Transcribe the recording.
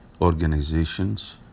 organizations